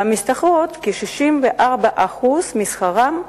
אולם משתכרות כ-64% משכרם,